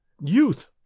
youth